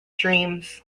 dreams